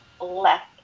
left